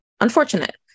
unfortunate